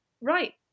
Right